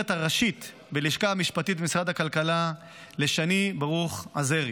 הראשית בלשכה המשפטית במשרד הכלכלה שני ברוך עזרי.